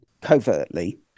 covertly